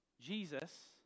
Jesus